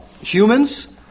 humans